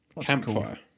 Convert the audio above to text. campfire